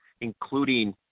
including